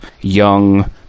young